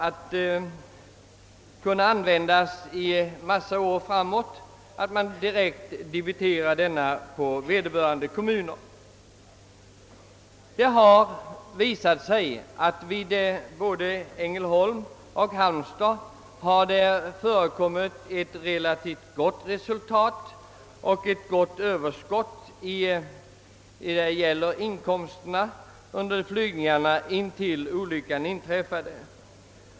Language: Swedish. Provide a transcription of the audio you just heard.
Anordningarna kommer ju att kunna användas under många år. Flygplatserna i Ängelholm och Halmstad lämnade ett relativt gott överskott fram till det olyckan inträffade.